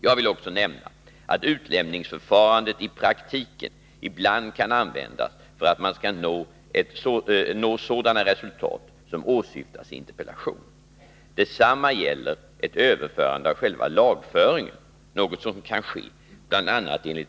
Jag vill också nämna att utlämningsförfarandet i praktiken ibland kan användas för att man skall nå sådana resultat som åsyftas i interpellationen. Detsamma gäller ett överförande av själva lagföringen, något som kan ske bl.a. enligt